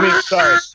sorry